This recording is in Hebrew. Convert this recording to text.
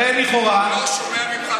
תשיב לי עניינית.